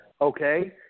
okay